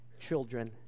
children